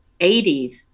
80s